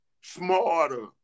smarter